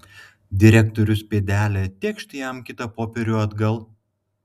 direktorius pėdelė tėkšt jam kitą popierių atgal